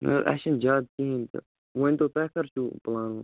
نَہ حظ اسہِ چھَنہٕ جادٕ کِہیٖنۍ تہٕ ؤنۍ تو تۄہہِ کر چھُو پٕلان